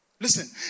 Listen